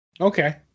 Okay